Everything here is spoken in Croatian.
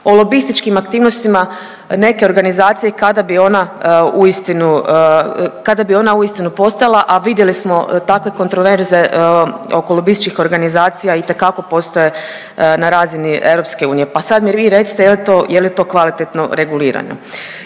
o lobističkim aktivnostima neke organizacije kada bi ona uistinu postojala, a vidjeli smo takve kontroverze oko lobističkih organizacija itekako postoje na razini EU. Pa sad mi vi recite je li to kvalitetno regulirano?